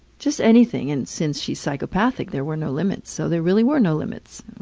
just anything. and since she's psychopathic, there were no limits. so there really were no limits.